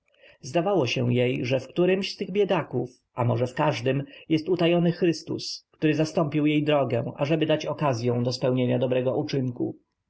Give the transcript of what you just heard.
zdawało się jej że w którymś z tych biedaków a może w każdym jest utajony chrystus który zastąpił jej drogę ażeby dać okazyą do spełnienia dobrego czynu